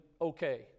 okay